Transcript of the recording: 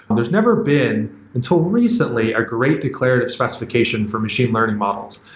there's never been until recently a great declarative specification for machine learning models.